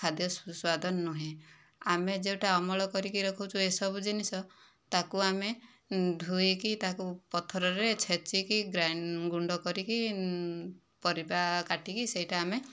ଖାଦ୍ୟ ସୁସ୍ଵାଦ ନୁହେଁ ଆମେ ଯେଉଁଟା ଅମଳ କରିକି ରଖୁଛୁ ଏସବୁ ଜିନିଷ ତାକୁ ଆମେ ଧୋଇକି ତାକୁ ପଥରରେ ଛେଚିକି ଗୁଣ୍ଡ କରିକି ପରିବା କାଟିକି ସେହିଟା ଆମେ